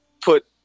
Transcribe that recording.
put